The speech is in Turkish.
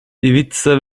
i̇vica